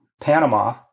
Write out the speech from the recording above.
Panama